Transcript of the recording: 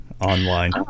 online